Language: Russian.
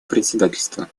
председательства